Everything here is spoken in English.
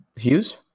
Hughes